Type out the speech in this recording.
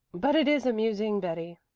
but it is amusing, betty.